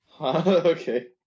Okay